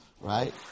right